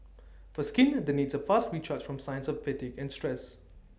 for skin that needs A fast recharge from signs of fatigue and stress